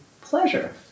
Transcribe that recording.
pleasure